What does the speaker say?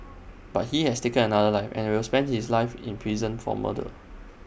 but he has taken another life and will spend his life in prison for murder